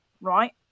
right